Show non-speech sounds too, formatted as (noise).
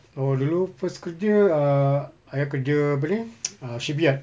oh dulu first kerja err ayah kerja apa ni (noise) uh shipyard